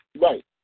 Right